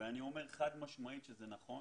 ואני אומר חד משמעית שזה נכון